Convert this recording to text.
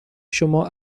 شما